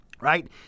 right